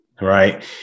Right